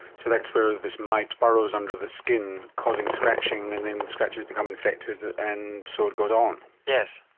so that's where this mite burrows under the skin, causing scratching, and then scratches become infected and so it goes on. yes.